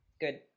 good